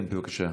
כן, בבקשה.